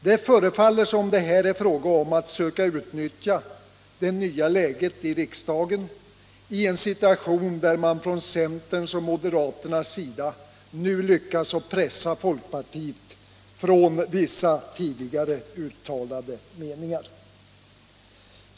Det förefaller som om det här är fråga om att söka utnyttja det nya läget i riksdagen, i en situation där man från centerns och moderaternas sida nu lyckats pressa folkpartiet från vissa tidigare uttalade meningar.